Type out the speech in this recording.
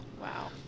Wow